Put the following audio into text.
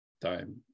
time